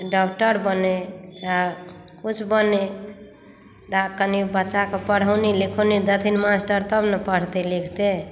doctor बनै चाहे किछु बनै कनि बच्चाकेँ पढ़ौनी लिखौनि देथिन मास्टर तब ने पढ़तै लिखतै